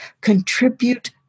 contribute